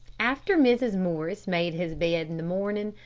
after mrs. morris made his bed in the morning,